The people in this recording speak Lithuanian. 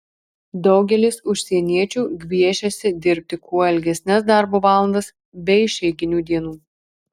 daugelis užsieniečių gviešiasi dirbti kuo ilgesnes darbo valandas be išeiginių dienų